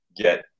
get